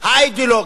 האידיאולוגית,